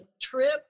trip